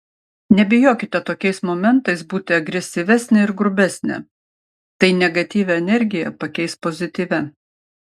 nebijokite tokiais momentais būti agresyvesnė ir grubesnė tai negatyvią energiją pakeis pozityvia